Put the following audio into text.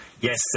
Yes